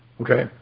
Okay